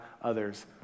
others